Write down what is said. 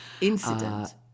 Incident